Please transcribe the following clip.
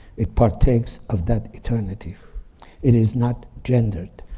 it partakes of that eternity it is not gendered.